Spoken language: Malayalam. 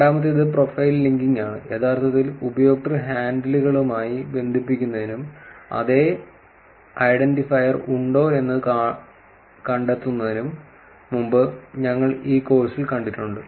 രണ്ടാമത്തേത് പ്രൊഫൈൽ ലിങ്കിംഗ് ആണ് യഥാർത്ഥത്തിൽ ഉപയോക്തൃ ഹാൻഡിലുകളുമായി ബന്ധിപ്പിക്കുന്നതിനും അതേ ഐഡന്റിഫയർ ഉണ്ടോ എന്ന് കണ്ടെത്തുന്നതിനും മുമ്പ് ഞങ്ങൾ ഈ കോഴ്സിൽ കണ്ടിട്ടുണ്ട്